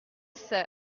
sœur